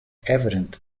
evident